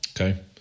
Okay